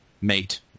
mate